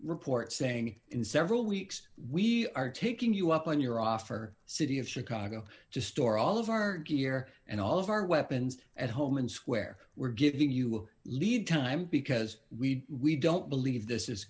report saying in several weeks we are taking you up on your offer city of chicago to store all of our gear and all of our weapons at home and swear we're giving you lead time because we we don't believe this is